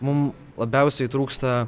mum labiausiai trūksta